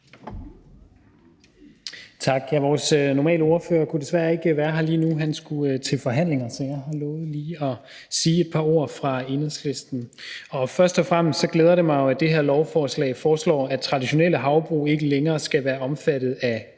Tak. Vores sædvanlige ordfører kunne desværre ikke være her lige nu, da han skulle til forhandlinger, så jeg har lovet lige at sige et par ord fra Enhedslisten. Først og fremmest glæder det mig jo, at det her lovforslag foreslår, at traditionelle havbrug ikke længere skal være omfattet af